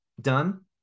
done